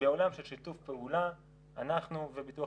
בעולם של שיתוף פעולה אנחנו וביטוח